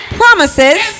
promises